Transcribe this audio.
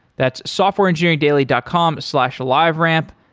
that's softwareengineeringdaily dot com slash liveramp.